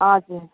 हजुर